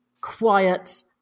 quiet